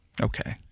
okay